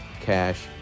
cash